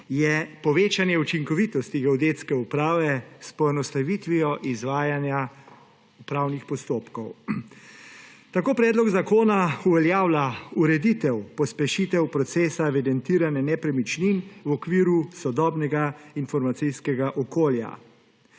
je povečanje učinkovitosti Geodetske uprave s poenostavitvijo izvajanja upravnih postopkov. Tako predlog zakona uveljavlja ureditev pospešenega procesa evidentiranja nepremičnin v okviru sodobnega informacijskega okolja.